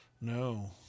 no